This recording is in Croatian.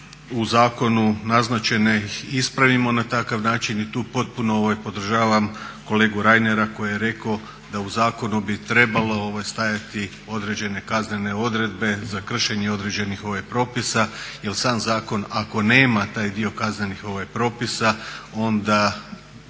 u zakonu naznačene i ispravimo na takav način i tu potpuno podržavam kolegu Reinera koji je rekao da u zakonu bi trebalo stajati određene kaznene odredbe za kršenje određenih propisa. Jer sam zakon ako nema taj dio kaznenih propisa onda